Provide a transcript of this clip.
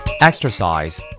Exercise